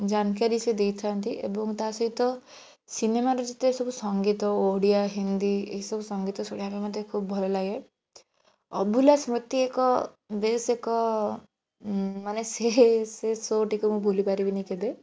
ଜାନକାରୀ ସେ ଦେଇଥାନ୍ତି ଏବଂ ତା'ସହିତ ସିନେମାରେ ଯେତିକି ସବୁ ସଙ୍ଗୀତ ଓଡ଼ିଆ ହିନ୍ଦୀ ଏସବୁ ସଙ୍ଗୀତ ଶୁଣିବାକୁ ମତେ ଖୁବ ଭଲ ଲାଗେ ଅଭୁଲା ଶମୄତି ଏକ ବେଶ ଏକ ମାନେ ସେ ସେ ଶୋ'ଟିକୁ ମୁଁ ଭୁଲିପାରିବିନି କେବେ